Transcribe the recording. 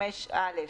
מס"ד טור א'